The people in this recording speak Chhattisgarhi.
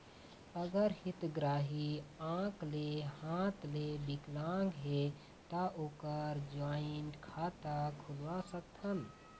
अगर हितग्राही आंख ले हाथ ले विकलांग हे ता ओकर जॉइंट खाता खुलवा सकथन?